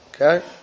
Okay